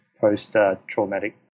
post-traumatic